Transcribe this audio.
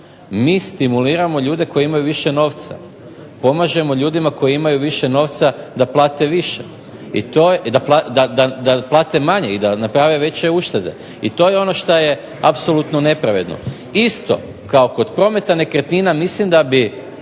mi stimuliramo ljude koji imaju više novca, pomažemo ljudima koji imaju više novca da plate manje i da naprave veće uštede i to je ono što je apsolutno nepravedno. Isto kao kod prometa nekretnina mislim da bi